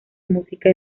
música